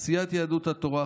סיעת יהדות התורה,